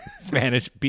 Spanish